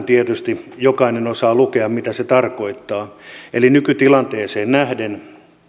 tietysti jokainen osaa lukea mitä se tarkoittaa eli nykytilanteeseen nähden